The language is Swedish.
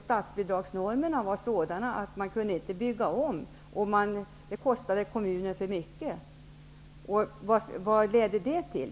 Statsbidragsnormerna var sådana att det inte gick att bygga om, därför att det kostade kommunen för mycket. Vad ledde det till?